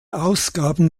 ausgaben